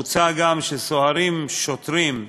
מוצע גם שסוהרים, שוטרים,